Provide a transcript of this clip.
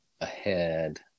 ahead